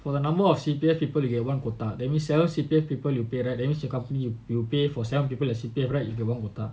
for the number of C_P_F people you get one quota that means seven C_P_F people you pay right that means you company pay for seven people C_P_F right you get one quota